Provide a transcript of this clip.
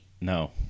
No